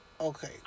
Okay